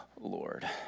Lord